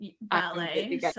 ballet